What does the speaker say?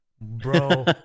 bro